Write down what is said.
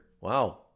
Wow